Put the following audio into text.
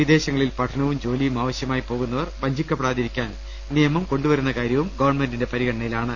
വിദേശങ്ങളിൽ പഠനവും ജോലിയും ആവശ്യമായി പോകുന്നവർ വഞ്ചിക്കപ്പെടാതിരിക്കാൻ നിയമം കൊണ്ടുവരുന്ന കാര്യവും ഗവൺമെന്റിന്റെ പരിഗണനയിലാണ്